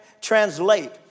translate